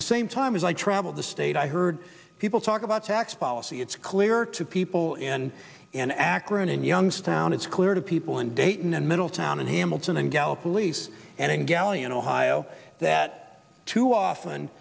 same time as i travel the state i heard people talk about tax policy it's clear to people in an akron and youngstown it's clear to people in dayton and middletown and hamilton and dallas police and galley in ohio that too often